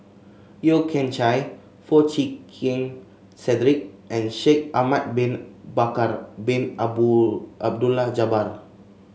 Yeo Kian Chye Foo Chee Keng Cedric and Shaikh Ahmad Bin Bakar Bin Abdullah Jabbar